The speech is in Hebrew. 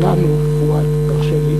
שלנו, פואד, תרשה לי,